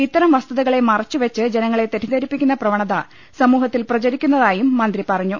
ഇത്തരം വസ്തുതകളെ മറച്ചുവെച്ച് ജനങ്ങളെ തെറ്റിദ്ധരിപ്പിക്കുന്ന പ്രവണത സമൂഹത്തിൽ പ്രചരിക്കുന്നതായും മന്ത്രി പറഞ്ഞു